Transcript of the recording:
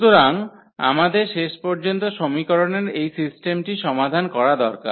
সুতরাং আমাদের শেষ পর্যন্ত সমীকরণের এই সিস্টেমটি সমাধান করা দরকার